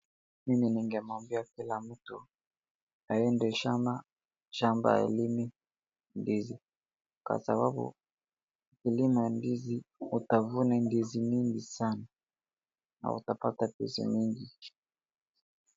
Mimi ningemwambia kila mtu aende shamba shamba alime ndizi kwa sababu ukilima ndizi utavuna ndizi mingi sana na watapata pesa mingi sana.